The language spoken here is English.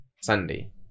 sunday